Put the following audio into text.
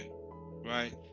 Right